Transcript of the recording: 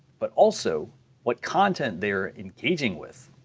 but also what content they are engaging with.